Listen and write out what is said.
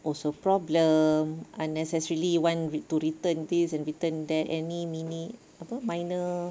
also problem unnecessary want to return this and return that any mini apa minor